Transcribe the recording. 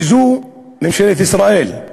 וזו מממשלת ישראל,